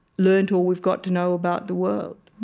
learned all we've got to know about the world